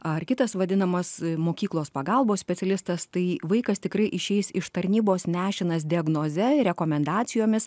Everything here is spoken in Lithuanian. ar kitas vadinamas mokyklos pagalbos specialistas tai vaikas tikrai išeis iš tarnybos nešinas diagnoze rekomendacijomis